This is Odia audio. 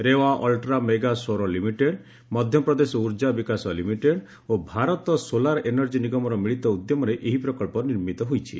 ରେୱା ଅଲ୍ଟ୍ରା ମେଗା ସୌର ଲିମିଟେଡ୍ ମଧ୍ୟପ୍ରଦେଶ ଉର୍ଜା ବିକାଶ ଲିମିଟେଡ୍ ଓ ଭାରତ ସୋଲାର ଏନର୍ଜି ନିଗମର ମିଳିତ ଉଦ୍ୟମରେ ଏହି ପ୍ରକଳ୍ପ ନିର୍ମିତ ହୋଇଛି